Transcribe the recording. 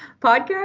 podcast